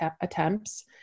attempts